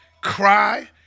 cry